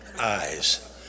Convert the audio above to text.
Eyes